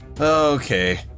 Okay